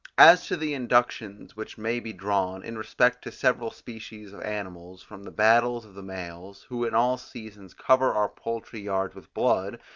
as to the inductions which may be drawn, in respect to several species of animals, from the battles of the males, who in all seasons cover our poultry yards with blood,